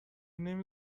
نمی